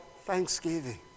thanksgiving